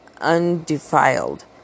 undefiled